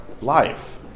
life